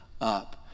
up